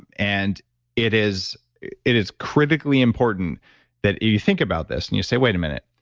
and and it is it is critically important that you think about this, and you say, wait a minute,